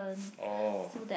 oh